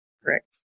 correct